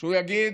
שהוא יגיד: